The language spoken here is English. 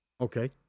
Okay